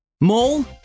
Mole